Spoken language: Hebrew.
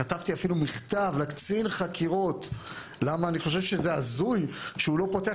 אפילו כתבתי מכתב לקצין החקירות למה אני חושב שזה הזוי שהוא לא פותח